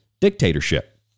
Dictatorship